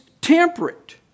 temperate